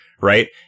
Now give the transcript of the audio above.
Right